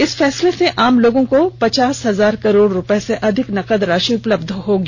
इस फैसले से आम लोगों को पचास हजार करोड़ रुपए से अधिक नकद राशि उपलब्ध होगी